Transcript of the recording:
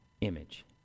image